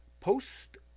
Post